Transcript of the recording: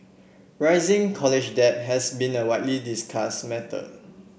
rising college debt has been a widely discuss matter